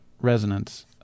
resonance